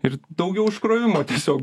ir daugiau užkrovimo tiesiog